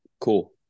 cool